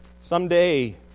Someday